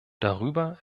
darüber